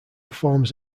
forms